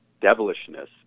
devilishness